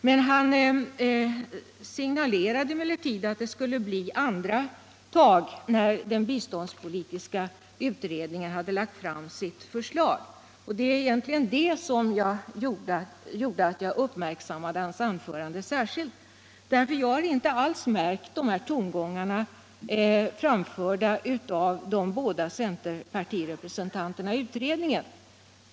Herr Bengtson signalerade emellertid att det skulle bli helt andra tag när den biståndspolitiska utredningen lagt fram sitt förslag, och det var egentligen det som gjorde att jag uppmärksammade hans anförande särskilt. Jag har nämligen inte alls hört att dessa tongångar framförts av de båda centerpartirepresentanterna i utredningen.